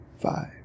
five